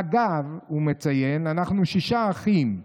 אגב, אנחנו שישה אחים,